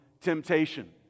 temptation